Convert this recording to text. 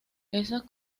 esas